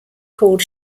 called